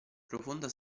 profonda